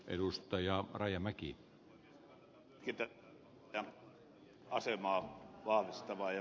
esa lahtelan tekemää hyvää ehdotusta